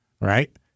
Right